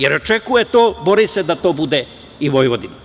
Zato jer očekuje i bori se da to bude i Vojvodina.